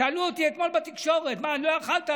שאלו אותי אתמול בתקשורת: מה, לא יכולת?